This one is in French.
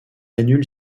annule